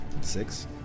Six